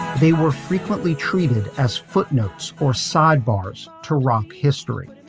they were frequently treated as footnotes or sidebars to rock history.